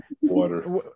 water